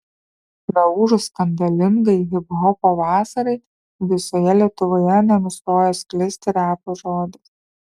praūžus skandalingai hiphopo vasarai visoje lietuvoje nenustojo sklisti repo žodis